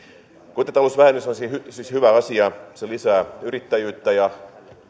kotitalousvähennys on siis hyvä asia se lisää yrittäjyyttä ja